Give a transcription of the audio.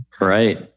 right